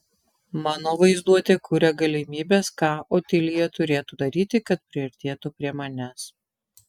mano vaizduotė kuria galimybes ką otilija turėtų daryti kad priartėtų prie manęs